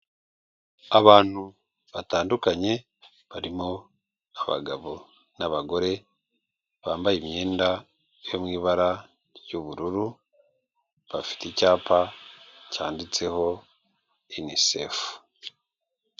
Abantu batandukanye barimo abagabo n'abagore bambaye imyenda yo mu ibara ry'ubururu, bafite icyapa cyanditseho unicef.